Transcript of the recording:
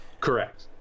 Correct